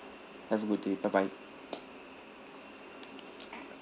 have a good day bye bye